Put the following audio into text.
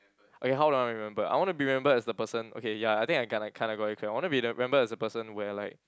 okay how do I want to be remembered I want to be remembered as the person okay ya I think I kind kinda like got I want to be remembered as a person where like